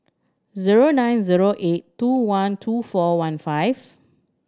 zero nine zero eight two one two four one five